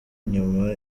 inyuma